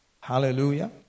Hallelujah